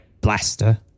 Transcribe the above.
blaster